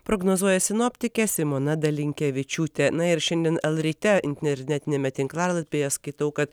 prognozuoja sinoptikė simona dalinkevičiūtė na ir šiandien lryte internetiniame tinklalapyje skaitau kad